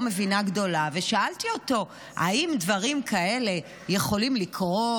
גדולה, ושאלתי אותו האם דברים כאלה יכולים לקרות?